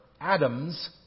atoms